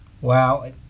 Wow